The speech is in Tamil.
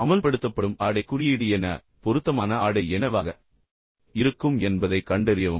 எனவே அமல்படுத்தப்படும் ஆடைக் குறியீடு என்ன பின்னர் பொருத்தமான ஆடை என்னவாக இருக்கும் என்பதைக் கண்டறியவும்